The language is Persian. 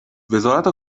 وزارت